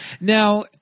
Now